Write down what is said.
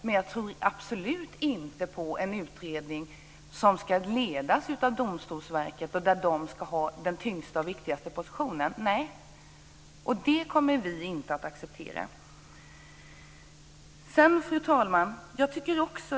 Men jag tror absolut inte på en utredning som ska ledas av Domstolsverket där det ska ha den tyngsta och viktigaste positionen. Nej, det kommer vi inte att acceptera. Fru talman!